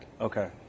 Okay